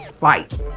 fight